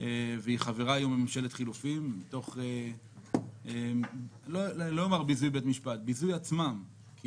והיא חברה היום בממשלת חילופים מתוך ביזוי עצמם כי